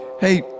Hey